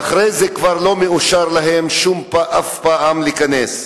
ואחרי זה כבר לא אושר להם אף פעם להיכנס.